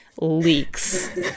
leaks